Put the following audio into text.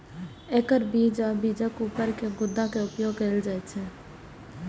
एकर बीज आ बीजक ऊपर के गुद्दा के उपयोग कैल जाइ छै